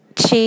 Chi